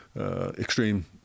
extreme